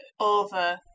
over